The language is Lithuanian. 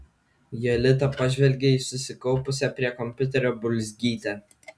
jolita pažvelgė į susikaupusią prie kompiuterio bulzgytę